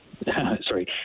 Sorry